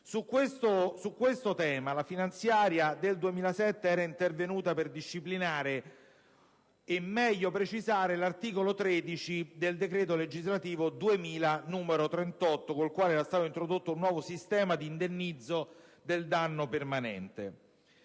Su questo tema la finanziaria del 2007 era intervenuta per disciplinare e meglio precisare l'articolo 13 del decreto legislativo n. 2000, n. 38, con il quale era stato introdotto un nuovo sistema di indennizzo del danno permanente.